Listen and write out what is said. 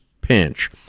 pinch